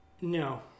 No